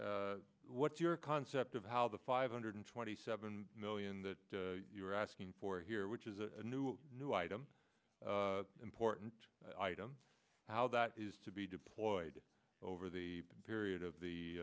what's your concept of how the five hundred twenty seven million that you're asking for here which is a new new item important item how that is to be deployed over the period of the